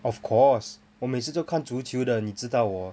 of course 我每次都看足球的你知道我